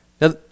Now